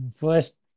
First